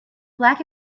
black